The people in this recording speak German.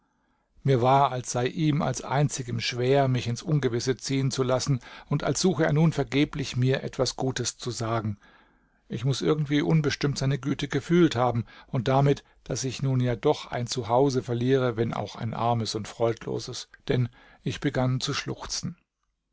mir war als sei ihm als einzigem schwer mich ins ungewisse ziehen zu lassen und als suche er nun vergeblich mir etwas gutes zu sagen ich muß irgendwie unbestimmt seine güte gefühlt haben und damit daß ich nun ja doch ein zuhause verliere wenn auch ein armes und freudloses denn ich begann zu schluchzen